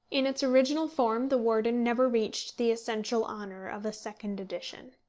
in its original form the warden never reached the essential honour of a second edition.